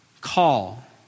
call